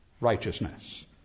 righteousness